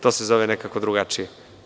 To se zove nekako drugačije.